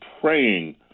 praying